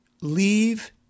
Leave